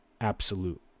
absolute